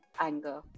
anger